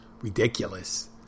ridiculous